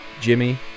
Jimmy